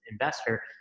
Investor